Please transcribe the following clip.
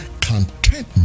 contentment